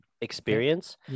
experience